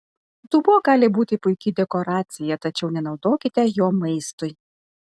dubuo gali būti puiki dekoracija tačiau nenaudokite jo maistui